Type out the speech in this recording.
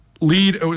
lead